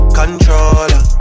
controller